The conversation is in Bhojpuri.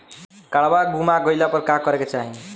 काडवा गुमा गइला पर का करेके चाहीं?